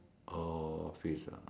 oh office ah